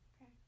Okay